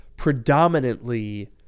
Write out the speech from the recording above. Predominantly